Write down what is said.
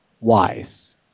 wise